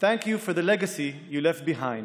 תודה לכם על המורשת שהשארתם אחריכם: